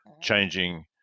changing